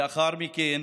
לאחר מכן